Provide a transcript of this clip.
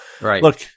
look